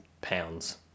pounds